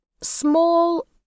small